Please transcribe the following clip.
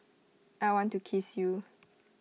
I want to kiss you